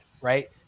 right